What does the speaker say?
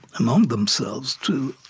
among themselves to,